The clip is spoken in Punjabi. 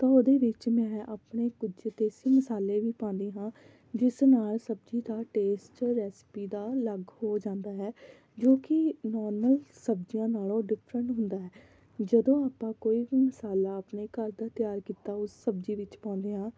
ਤਾਂ ਉਹਦੇ ਵਿੱਚ ਮੈਂ ਆਪਣੇ ਕੁਝ ਦੇਸੀ ਮਸਾਲੇ ਵੀ ਪਾਉਂਦੀ ਹਾਂ ਜਿਸ ਨਾਲ ਸਬਜ਼ੀ ਦਾ ਟੇਸਟ ਰੈਸਪੀ ਦਾ ਅਲੱਗ ਹੋ ਜਾਂਦਾ ਹੈ ਜੋ ਕਿ ਨੋਰਮਲ ਸਬਜ਼ੀਆਂ ਨਾਲੋਂ ਡਿਫਰੈਂਟ ਹੁੰਦਾ ਹੈ ਜਦੋਂ ਆਪਾਂ ਕੋਈ ਵੀ ਮਸਾਲਾ ਆਪਣੇ ਘਰ ਦਾ ਤਿਆਰ ਕੀਤਾ ਉਸ ਸਬਜ਼ੀ ਵਿੱਚ ਪਾਉਂਦੇ ਹਾਂ